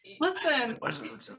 Listen